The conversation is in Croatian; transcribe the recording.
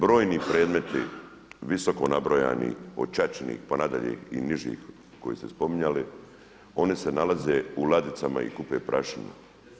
Brojni predmeti visoko nabrojani od čačinih pa nadalje i nižih koji ste spominjali, oni se nalaze u ladicama i kupe prašinu.